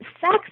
sex